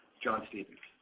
john stephens.